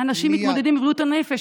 אנשים מתמודדים עם בריאות הנפש,